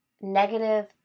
negative